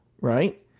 right